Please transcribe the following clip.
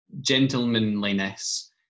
gentlemanliness